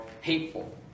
hateful